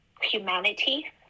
humanity